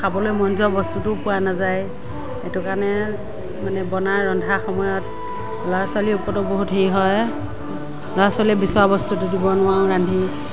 খাবলৈ মন যোৱা বস্তুটোও পোৱা নাযায় সেইটো কাৰণে মানে বনা ৰন্ধা সময়ত ল'ৰা ছোৱালীৰ ওপৰতো বহুত হেৰি হয় ল'ৰা ছোৱালীয়ে বিচৰা বস্তুটো দিব নোৱাৰোঁ ৰান্ধি